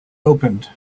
opened